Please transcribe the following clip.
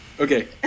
Okay